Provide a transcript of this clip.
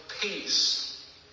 peace